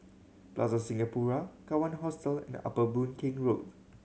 Plaza Singapura Kawan Hostel and Upper Boon Keng Road